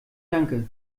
danke